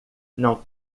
não